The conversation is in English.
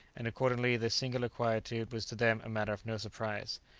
and accordingly the singular quietude was to them a matter of no surprise.